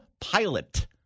Pilot